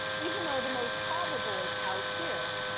even though the most probable is out here,